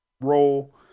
role